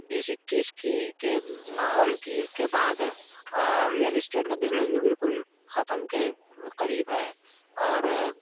بیس اکیس کی کے ماحول کی کے بعد ریئل اسٹیٹ کا بزنس بھی بالکل ختم کے قریب ہے اور